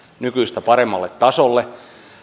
nykyistä paremmalle tasolle